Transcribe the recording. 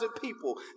people